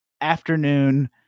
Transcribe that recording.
afternoon